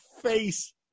face